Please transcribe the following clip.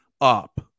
up